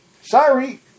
Sorry